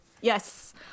yes